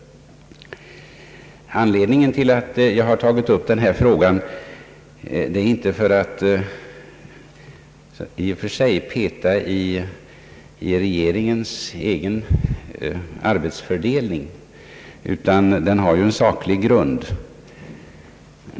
Anledningen till att jag tagit upp förevarande fråga är inte för att i och för sig blanda mig i regeringens egen arbetsfördelning, utan frågan har en saklig grund.